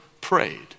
prayed